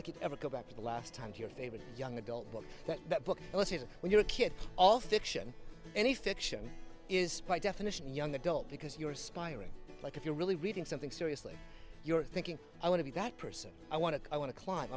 like you ever go back to the last time to your favorite young adult book that book when you're a kid all fiction any fiction is by definition young adult because you're aspiring but if you're really reading something seriously you're thinking i want to be that person i want to i want to climb